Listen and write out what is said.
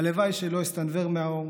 הלוואי שלא אסתנוור מהאור,